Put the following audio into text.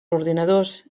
ordinadors